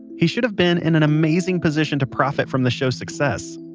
he should have been in an amazing position to profit from the show's success.